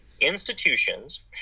institutions